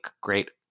great